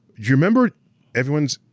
you remember everyone's